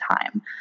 time